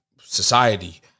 Society